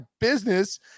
business